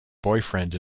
boyfriend